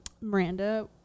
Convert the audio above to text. Miranda